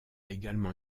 également